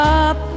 up